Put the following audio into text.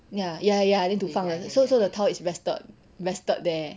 ya ya ya need to 放的 so so the tile is rested rested there